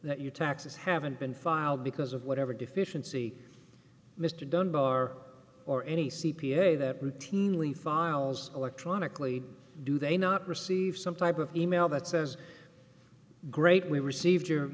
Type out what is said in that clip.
that you taxes haven't been filed because of whatever deficiency mr dunbar or any c p a that routinely files electronically do they not receive some type of e mail that says great we received your